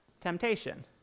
temptation